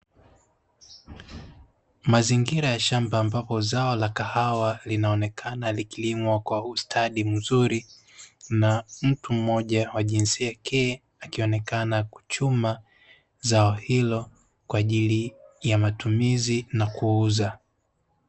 Mazingira ya shamba ambapo zao la kahawa linaonekana na likilimwa kwa ustadi mzuri, na mtu mmoja wa jinsia ya Ke akionekana kuchuma zao hilo kwa ajili ya matumizi na kuuza.